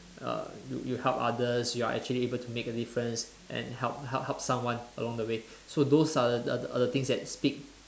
uh you you help others you are actually able to make a difference and help help help someone along the way so those are are are the things that speak